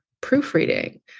proofreading